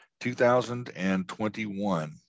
2021